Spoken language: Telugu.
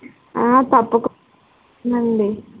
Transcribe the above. తప్పకుం నండి